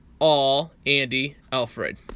allandyalfred